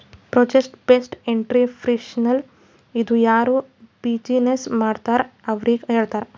project based entrepreneurship ಇದು ಯಾರು business ಮಾಡ್ತಾರ್ ಅವ್ರಿಗ ಹೇಳ್ತಾರ್